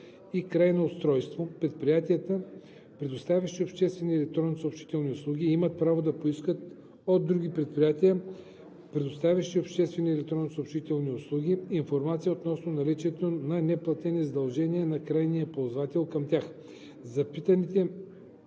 и крайно устройство, предприятията, предоставящи обществени електронни съобщителни услуги, имат право да поискат от други предприятия, предоставящи обществени електронни съобщителни услуги, информация относно наличието на неплатени задължения на крайния ползвател към тях. Запитаните